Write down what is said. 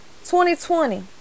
2020